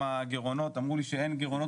אמרו לי שאין גירעונות,